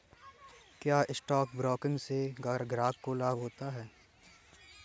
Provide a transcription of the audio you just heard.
क्या stock broking से ग्राहक को लाभ होता है?